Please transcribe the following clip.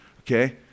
okay